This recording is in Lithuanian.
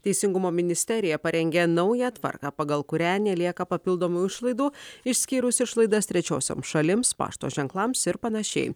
teisingumo ministerija parengė naują tvarką pagal kurią nelieka papildomų išlaidų išskyrus išlaidas trečiosioms šalims pašto ženklams ir panašiai